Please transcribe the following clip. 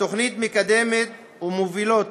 התוכנית מקדמת מוביליות